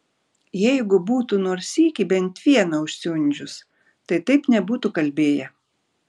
jeigu būtų nors sykį bent vieną užsiundžius tai taip nebūtų kalbėję